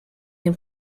den